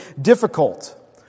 difficult